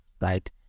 right